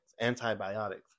antibiotics